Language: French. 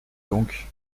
donc